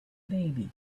baby